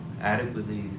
adequately